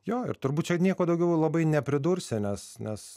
jo ir turbūt čia nieko daugiau labai nepridursi nes nes